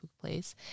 place